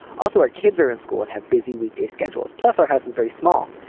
also our kids are in school and have busy weekday schedules plus our house is very small.